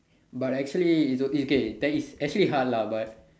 but actually it do it okay that is actually hard lah but